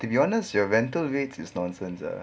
to be honest your rental rates is nonsense ah